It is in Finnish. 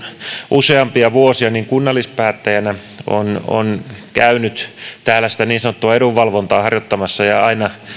useampia vuosia kunnallispäättäjänä on on käynyt täällä sitä niin sanottua edunvalvontaa harjoittamassa ja aina